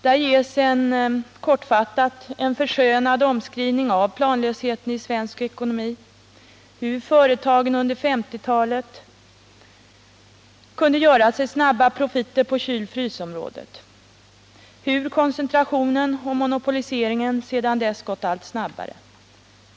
Där ges kortfattat en förskönad omskrivning av planlösheten i svensk ekonomi — hur företagen under 1950-talet kunde göra sig snabba profiter på kylfrysområdet, hur koncentrationen och monopoliseringen sedan dess gått allt snabbare.